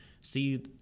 See